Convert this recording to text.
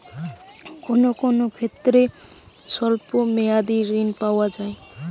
কোন কোন ক্ষেত্রে স্বল্প মেয়াদি ঋণ পাওয়া যায়?